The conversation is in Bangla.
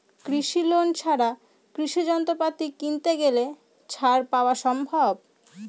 কৃষি লোন ছাড়া কৃষি যন্ত্রপাতি কিনতে গেলে ছাড় পাওয়া সম্ভব?